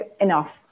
enough